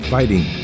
Fighting